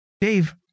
Dave